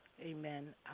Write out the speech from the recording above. amen